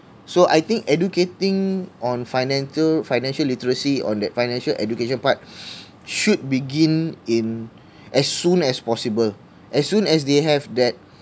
so I think educating on financial financial literacy on that financial education part should begin in as soon as possible as soon as they have that